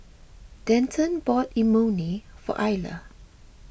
Denton bought Imoni for Ayla